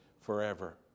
forever